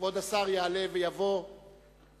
כבוד השר יעלה ויבוא לדוכן.